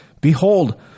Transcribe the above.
Behold